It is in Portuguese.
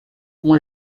uma